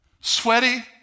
sweaty